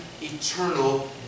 eternal